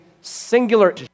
singular